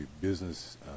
business